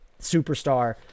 superstar